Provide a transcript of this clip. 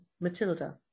Matilda